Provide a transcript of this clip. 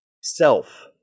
self